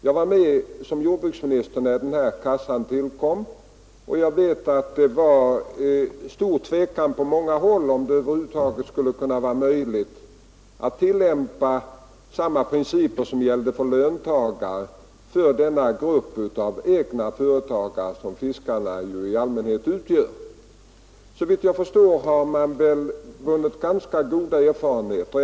Jag var med som jordbruksminister när kassan tillkom. Det rådde på många håll stor tvekan om det över huvud taget skulle vara möjligt att tillämpa samma princip som för löntagare när det gäller en grupp av egna företagare som fiskarna i allmänhet är. Såvitt jag förstår har man vunnit ganska goda erfarenheter.